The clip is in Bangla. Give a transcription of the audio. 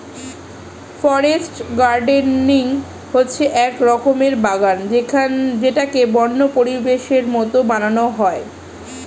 ফরেস্ট গার্ডেনিং হচ্ছে এক রকমের বাগান যেটাকে বন্য পরিবেশের মতো বানানো হয়